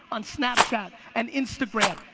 on snapchat, and instagram,